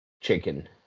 chicken